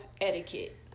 etiquette